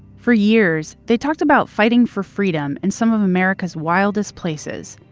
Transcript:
for years, they talked about fighting for freedom in some of america's wildest places,